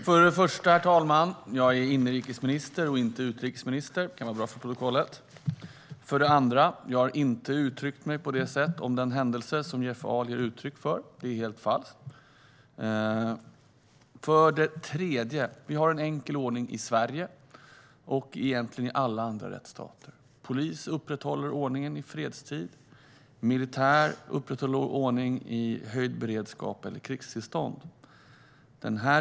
Herr talman! För det första är jag inrikesminister och inte utrikesminister. Det kan vara bra att förtydliga detta i protokollet. För det andra har jag inte uttryckt mig på det sätt som Jeff Ahl ger uttryck för när det gäller händelsen han tar upp. Det är helt falskt. För det tredje har vi en enkel ordning i Sverige och i egentligen alla andra rättsstater: Polis upprätthåller ordningen i fredstid, och militär upprätthåller ordningen i höjd beredskap eller krigstillstånd.